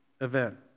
event